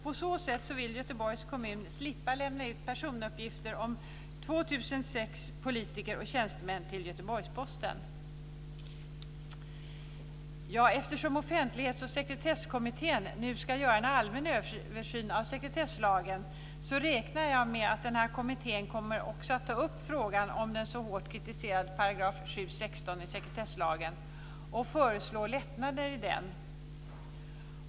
På så sätt vill Göteborgs kommun slippa lämna ut personuppgifter om 2 006 politiker och tjänstemän till Eftersom Offentlighets och sekretesskommittén nu ska göra en allmän översyn av sekretesslagen räknar jag med att kommittén också kommer att ta upp frågan om den så hårt kritiserade § 7:16 i sekretesslagen och föreslå lättnader i den.